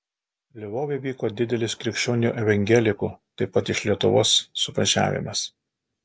lvove vyko didelis krikščionių evangelikų taip pat iš lietuvos suvažiavimas